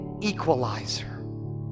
equalizer